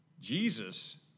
Jesus